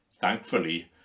Thankfully